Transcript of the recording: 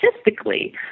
statistically